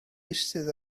eistedd